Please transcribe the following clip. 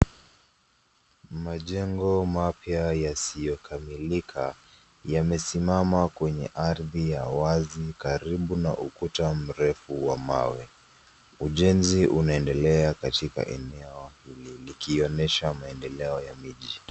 Majengo mapya yasiyokamilika yamesimama kwenye ardhi ya wazi karibu na ukuta mrefu wa mawe. Ujenzi unaendelea katika eneo likionesha maendeleo ya miji.